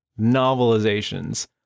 novelizations